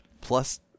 plus